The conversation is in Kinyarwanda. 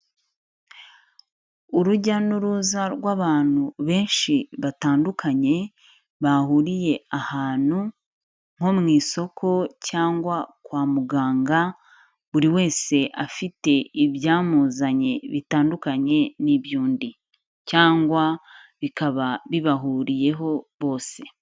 Urujya n'uruza rw'abantu benshi batandukanye bahuriye ahantu nko mu isoko cyangwa kwa muganga, buri wese afite ibyamuzanye bitandukanye n'iby'undi cyangwa bikaba bibahuriyeho bose.